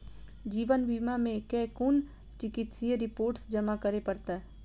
जीवन बीमा मे केँ कुन चिकित्सीय रिपोर्टस जमा करै पड़त?